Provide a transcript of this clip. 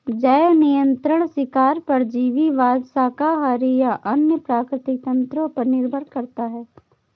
जैव नियंत्रण शिकार परजीवीवाद शाकाहारी या अन्य प्राकृतिक तंत्रों पर निर्भर करता है